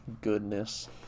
goodness